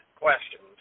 questions